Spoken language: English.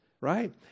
right